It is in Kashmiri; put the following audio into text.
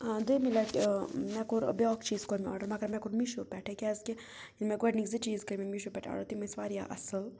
دوٚمہِ لَٹہِ مےٚ کوٚر بیٛاکھ چیٖز کوٚر مےٚ آڈَر مگر مےٚ کوٚر میٖشو پٮ۪ٹھَے کیٛازِکہِ ییٚلہِ مےٚ گۄڈنِکۍ زٕ چیٖز کٔرۍ مےٚ میٖشو پٮ۪ٹھ آڈَر تِم ٲسۍ واریاہ اَصٕل